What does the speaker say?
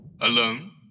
alone